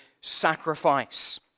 sacrifice